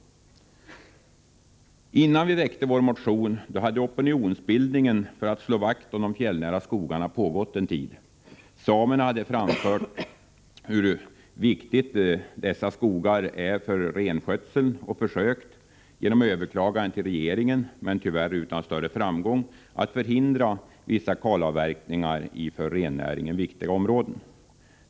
Innan vi väckte vår motion hade opinionsbildningen för att slå vakt om de fjällnära skogarna pågått en tid. Samerna hade framfört synpunkter i fråga om hur viktiga dessa skogar är för renskötseln och försökt att genom överklaganden till regeringen — tyvärr utan större framgång — förhindra vissa kalavverkningar i för rennäringen viktiga områden.